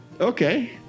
Okay